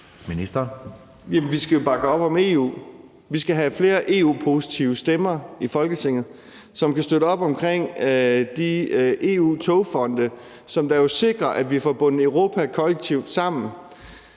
Vi skal jo bakke op om EU, vi skal have flere EU-positive stemmer i Folketinget, som kan støtte op omkring de EU-togfonde, der jo sikrer, at vi får bundet Europa kollektivt sammen